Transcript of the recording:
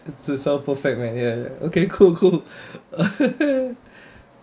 zi char perfect man ya ya okay cool cool